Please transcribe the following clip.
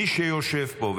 מי שיושב פה,